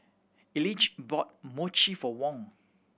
Elige bought Mochi for Wong